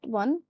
one